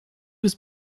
was